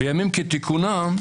בימים כתיקונם,